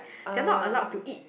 they are not allowed to eat